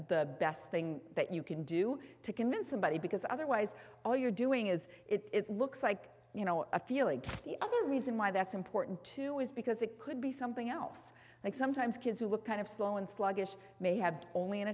the best thing that you can do to convince somebody because otherwise all you're doing is it looks like you know a feeling the other reason why that's important too is because it could be something else and sometimes kids who look kind of slow and sluggish may have only an